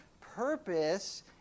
purpose